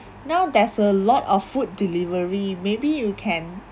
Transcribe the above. now there's a lot of food delivery maybe you can